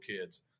kids